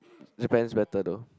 Japan's better though